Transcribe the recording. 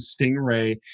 Stingray